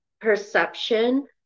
perception